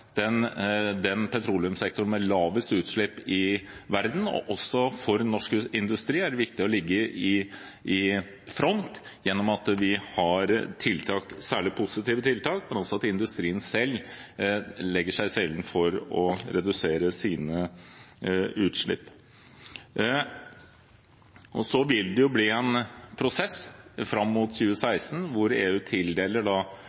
har den petroleumssektoren med lavest utslipp i verden, og også for norsk industri er det viktig å ligge i front gjennom at vi har tiltak, særlig positive tiltak, men også at industrien selv legger seg i selen for å redusere sine utslipp. Så vil det bli en prosess fram mot 2016, hvor EU tildeler,